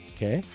Okay